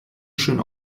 schön